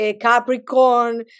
Capricorn